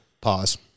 Pause